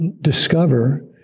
discover